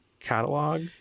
catalog